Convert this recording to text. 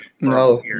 No